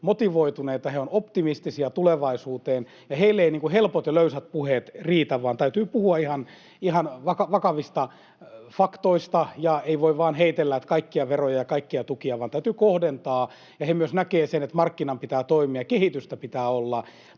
motivoituneita, he ovat optimistisia tulevaisuuden suhteen, ja heille eivät helpot ja löysät puheet riitä, vaan täytyy puhua ihan vakavista faktoista. Ei voi vain heitellä, että kaikkia veroja ja kaikkia tukia nostetaan, vaan täytyy kohdentaa. He myös näkevät sen, että markkinan pitää toimia ja kehitystä pitää olla.